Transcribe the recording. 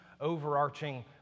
overarching